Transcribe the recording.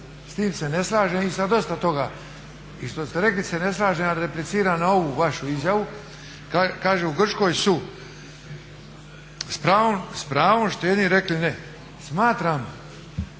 S tim se ne slažem i sa dosta toga i što ste rekli se ne slažem, ali repliciram na ovu vašu izjavu, kaže u Grčkoj su s pravom štednji rekli ne. Smatram